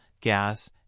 gas